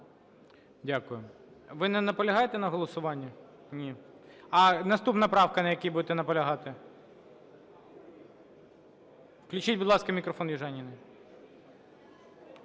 Дякую. Ви не наполягаєте на голосуванні? Ні. А наступна правка, на якій будете наполягати? Включіть, будь ласка, мікрофон Южаніній.